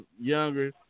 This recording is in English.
younger